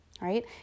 right